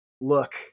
look